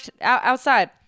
outside